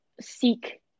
seek